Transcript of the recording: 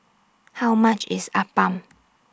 How much IS Appam